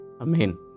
Amen